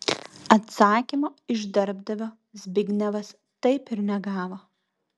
atsakymo iš darbdavio zbignevas taip ir negavo